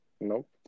Nope